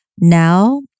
now